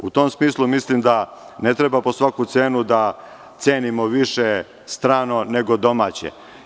U tom smislu mislim da netrba po svaku cenu da cenimo više strano nego domaće.